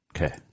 Okay